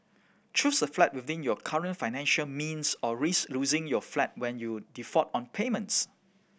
choose a flat within your current financial means or risk losing your flat when you default on payments